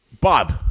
Bob